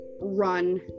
run